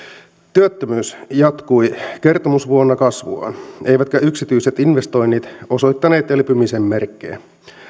työttömyys jatkoi kertomusvuonna kasvuaan eivätkä yksityiset investoinnit osoittaneet elpymisen merkkejä